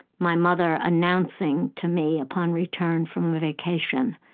my mother announcing to me upon return from a vacation.